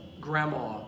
grandma